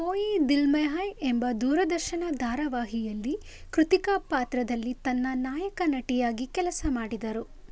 ಕೋಯಿ ದಿಲ್ ಮೇ ಹೈ ಎಂಬ ದೂರದರ್ಶನ ಧಾರಾವಾಹಿಯಲ್ಲಿ ಕೃತಿಕಾ ಪಾತ್ರದಲ್ಲಿ ತನ್ನ ನಾಯಕನಟಿಯಾಗಿ ಕೆಲಸ ಮಾಡಿದರು